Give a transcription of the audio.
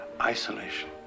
isolation